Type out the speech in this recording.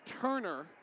Turner